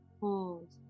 hold